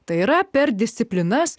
tai yra per disciplinas